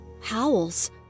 howls